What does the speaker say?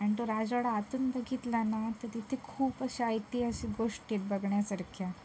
आणि तो राजवाडा आतून बघितला ना तर तिथे खूप अशा ऐतिहासिक गोष्टी आहेत बघण्यासारख्या